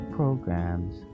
programs